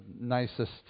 nicest